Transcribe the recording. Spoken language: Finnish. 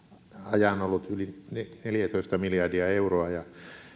ajan ollut yli neljätoista miljardia euroa ja